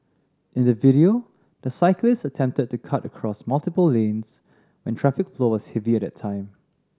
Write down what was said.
in the video the cyclist attempted to cut across multiple lanes when traffic flow was heavy at that time